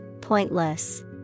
pointless